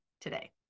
today